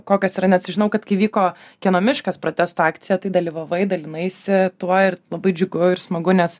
kokios yra nes žinau kad kai vyko kieno miškas protesto akciją tai dalyvavai dalinaisi tuo ir labai džiugu ir smagu nes